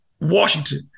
Washington